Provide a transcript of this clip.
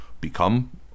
become